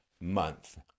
month